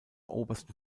obersten